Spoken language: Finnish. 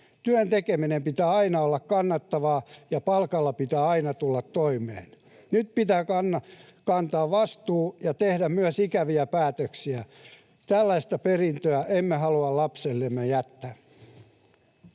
Työn tekemisen pitää aina olla kannattavaa, ja palkalla pitää aina tulla toimeen. Nyt pitää kantaa vastuu ja tehdä myös ikäviä päätöksiä. Tällaista perintöä emme halua lapsillemme jättää.